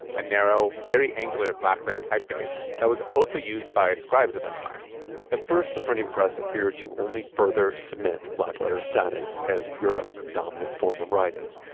a narrow, very angular blackletter typeface that was also used by scribes at that time at first, the printing press appeared to only further cement blackletter status as europe's dominant form of writing,